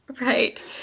Right